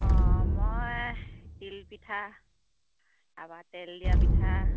অঁ মই তিল পিঠা তাৰপৰা তেল দিয়া পিঠা